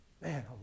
Man